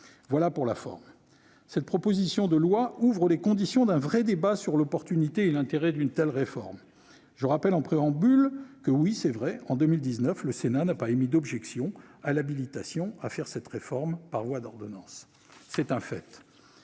Voilà pour la forme. Cette proposition de loi ouvre les conditions d'un vrai débat sur l'opportunité et l'intérêt d'une telle réforme. Je rappelle en préambule que, en effet, le Sénat n'a pas émis d'objections à l'habilitation à la mener par voie d'ordonnances en 2019.